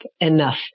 enough